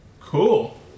Cool